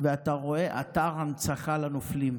ואתה רואה אתר הנצחה לנופלים.